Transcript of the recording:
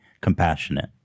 compassionate